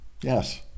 Yes